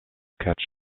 catch